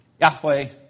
Yahweh